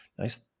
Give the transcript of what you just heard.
Nice